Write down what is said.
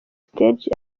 stage